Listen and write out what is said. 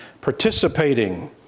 participating